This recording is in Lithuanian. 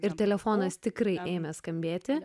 ir telefonas tikrai ėmė skambėti